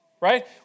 right